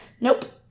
Nope